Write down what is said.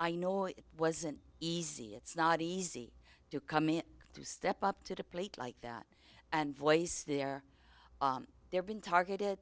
i know it wasn't easy it's not easy to come in to step up to the plate like that and voice their they're being targeted